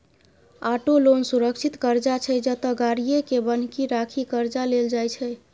auto loan सुरक्षित करजा छै जतय गाड़ीए केँ बन्हकी राखि करजा लेल जाइ छै